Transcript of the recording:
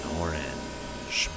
orange